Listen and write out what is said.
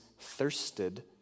thirsted